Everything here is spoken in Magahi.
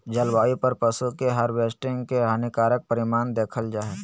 जलवायु पर पशु के हार्वेस्टिंग के हानिकारक परिणाम देखल जा हइ